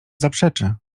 zaprzeczy